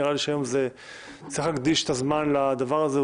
נראה לי שצריך להקדיש את הזמן לדבר הזה,